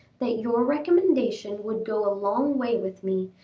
that your recommendation would go a long way with me,